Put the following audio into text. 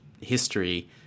history